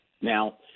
Now